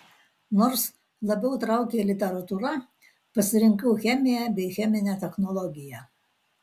nors labiau traukė literatūra pasirinkau chemiją bei cheminę technologiją